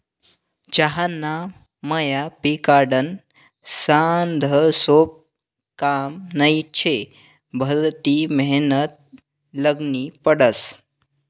चहाना मया पिकाडनं साधंसोपं काम नही शे, भलती मेहनत ल्हेनी पडस